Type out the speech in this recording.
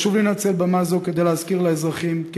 חשוב לי לנצל במה זו כדי להזכיר לאזרחים כי